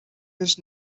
his